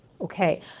Okay